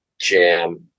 jam